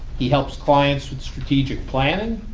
he helps clients with strategic planning,